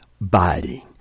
biting